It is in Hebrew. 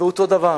ואותו דבר.